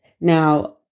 Now